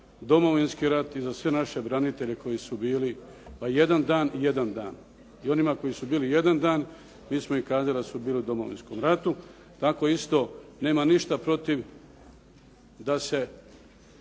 Domovinski rat i za sve naše branitelje koji su bili pa jedan dan, jedan dan. I onima koji su bili jedan dan mi smo im kazali da su bili u Domovinskom ratu. Tako isto nema ništa protiv da se